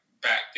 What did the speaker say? back